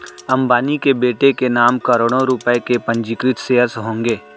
अंबानी के बेटे के नाम करोड़ों रुपए के पंजीकृत शेयर्स होंगे